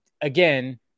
again